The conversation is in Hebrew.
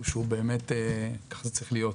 שבאמת כך זה צריך להיות.